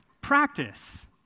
practice